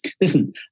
listen